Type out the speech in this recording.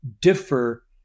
differ